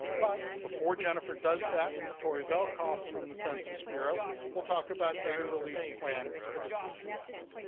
but, before jennifer does that, tori velkoff from the census bureau will talk about data release plans for the cps.